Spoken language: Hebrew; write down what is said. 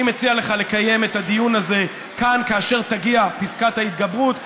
אני מציע לך לקיים את הדיון הזה כאן כאשר תגיע פסקת ההתגברות.